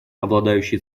обладающие